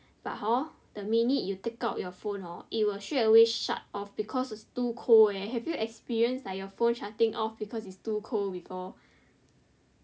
but hor the minute you take out your phone hor it will straight away shut off because it's too cold leh have you experienced like your phone shutting off because it's too cold before